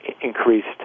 increased